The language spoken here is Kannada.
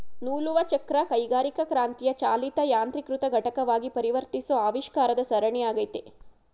ನೂಲುವಚಕ್ರ ಕೈಗಾರಿಕಾಕ್ರಾಂತಿಯ ಚಾಲಿತ ಯಾಂತ್ರೀಕೃತ ಘಟಕವಾಗಿ ಪರಿವರ್ತಿಸೋ ಆವಿಷ್ಕಾರದ ಸರಣಿ ಆಗೈತೆ